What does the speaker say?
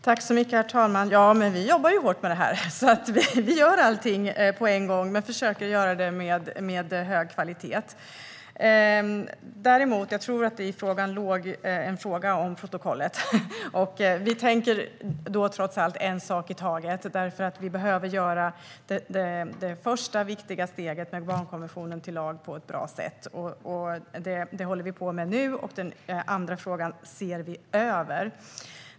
Herr talman! Vi jobbar hårt med det här. Vi gör allting på en gång, men försöker göra det med hög kvalitet. Jag tror att det i frågan låg en fråga om protokollet. Vi tänker då trots allt göra en sak i taget. Det första viktiga steget är att göra barnkonventionen till lag på ett bra sätt. Det håller vi på med nu, och den andra frågan ser vi över.